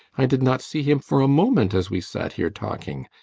i did not see him for a moment as we sat here talking.